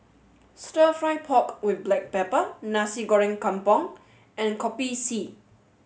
Stir Fry Pork with Black Pepper Nasi Goreng Kampung and Kopi C